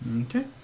Okay